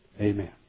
Amen